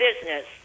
business